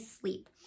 sleep